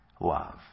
love